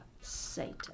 Satan